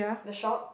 the shop